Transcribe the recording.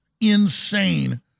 insane